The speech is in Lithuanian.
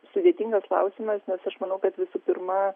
sudėtingas klausimas nes aš manau kad visų pirma